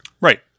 Right